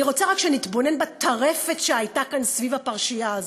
אני רוצה רק שנתבונן בטרפת שהייתה כאן סביב הפרשייה הזאת.